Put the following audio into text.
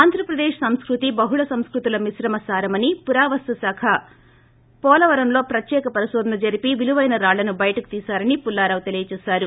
ఆంధ్రప్రదేశ్ సంస్పతి బహుళ సంస్ఫతుల మిశ్రమ సారమని పురావస్తు శాఖ పోలవరంలో ప్రత్యేక పరికోధనలు జరిపి విలువైన రాళ్లను బయటకు తీశారని పుల్లారావు తెలిపారు